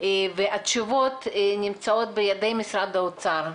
והתשובות נמצאות בידי משרד האוצר.